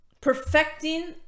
perfecting